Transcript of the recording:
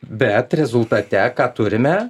bet rezultate ką turime